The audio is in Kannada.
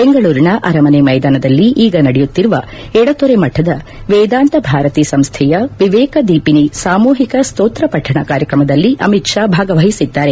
ಬೆಂಗಳೂರಿನ ಅರಮನೆ ಮೈದಾನದಲ್ಲಿ ಈಗ ನಡೆಯುತ್ತಿರುವ ಎಡತೊರೆ ಮಠದ ವೇದಾಂತ ಭಾರತಿ ಸಂಸ್ಥೆಯ ವಿವೇಕ ದೀಪಿನೀ ಸಾಮೂಹಿಕ ಸ್ತೋತ್ರ ಪಠಣ ಕಾರ್ಯಕ್ರಮದಲ್ಲಿ ಅಮಿತ್ ಷಾ ಭಾಗವಹಿಸಿದ್ದಾರೆ